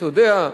אתה יודע,